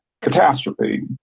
catastrophe